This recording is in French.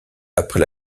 après